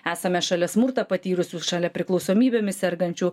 esame šalia smurtą patyrusių šalia priklausomybėmis sergančių